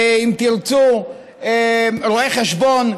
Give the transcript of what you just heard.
אם תרצו, רואי חשבון ועוד.